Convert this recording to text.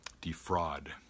defraud